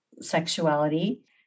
sexuality